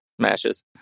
smashes